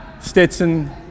Stetson